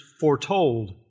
foretold